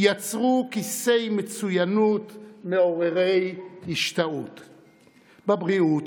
יצרו כיסי מצוינות מעוררת השתאות בבריאות,